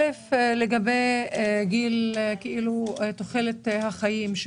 לגבי תוחלת החיים.